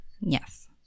Yes